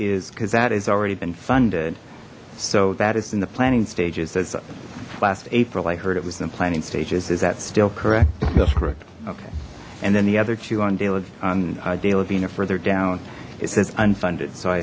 is because that has already been funded so that is in the planning stages as last april i heard it was in the planning stages is that still correct yes correct okay and then the other two on daily on a daily being are further down it says unfunded so i